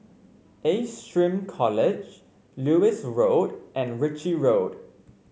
Ace SHRM College Lewis Road and Ritchie Road